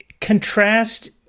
Contrast